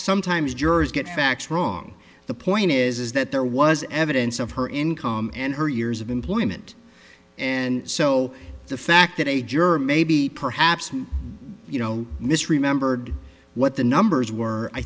sometimes jurors get facts wrong the point is that there was evidence of her income and her years of employment and so the fact that a juror maybe perhaps you know misremembered what the numbers were i